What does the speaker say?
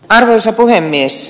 arvoisa puhemies